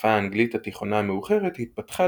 מהשפה האנגלית התיכונה המאוחרת התפתחה